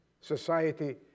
society